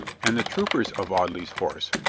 and the troopers of audley's horse,